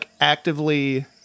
actively